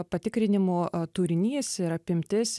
patikrinimo turinys ir apimtis